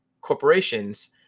corporations